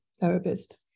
therapist